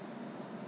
ah I see